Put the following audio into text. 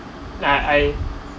nah I